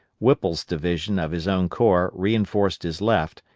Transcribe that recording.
whipple's division of his own corps reinforced his left,